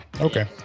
Okay